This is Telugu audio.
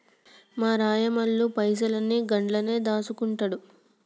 మా రాయమల్లు పైసలన్ని గండ్లనే దాస్కుంటండు